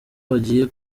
bagiye